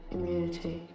Immunity